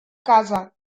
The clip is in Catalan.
casa